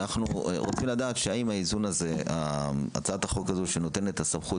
אנחנו רוצים לדעת האם הצעת החוק הזו שנותנת את הסמכות